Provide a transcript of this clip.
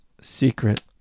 secret